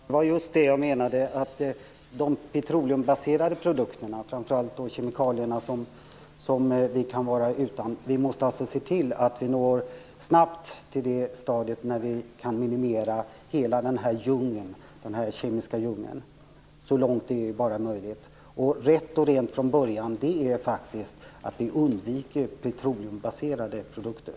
Herr talman! Det var just det jag menade, att när det gäller de petroleumbaserade produkterna, framför allt de kemikalier som vi kan vara utan, måste vi snabbt nå det stadium då vi kan minimera hela denna kemiska djungeln så långt det bara är möjligt. Rätt och rent från början innebär faktiskt att vi undviker petroleumbaserade produkter.